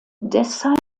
deshalb